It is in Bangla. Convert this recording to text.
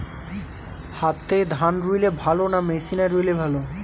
হাতে ধান রুইলে ভালো না মেশিনে রুইলে ভালো?